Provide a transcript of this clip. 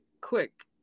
quick